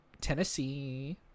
Tennessee